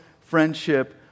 friendship